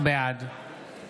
בעד